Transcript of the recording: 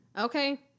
okay